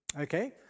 okay